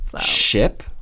ship